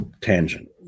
tangent